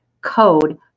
code